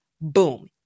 Boom